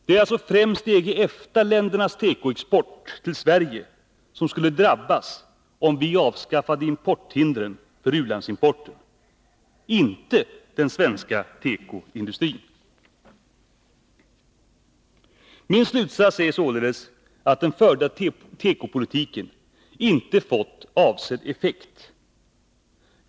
Det är alltså främst EG-EFTA-ländernas tekoexport till Sverige som skulle drabbas om vi avskaffade importhindren för u-landsimporten, inte den svenska tekoindustrin. Min slutsats är alltså att den förda tekopolitiken inte fått avsedd effekt.